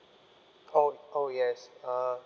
oh oh yes uh